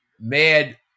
mad